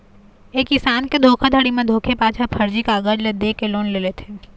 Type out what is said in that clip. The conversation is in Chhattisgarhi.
ए किसम के धोखाघड़ी म धोखेबाज ह फरजी कागज ल दे के लोन ले लेथे